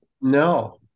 No